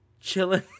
chilling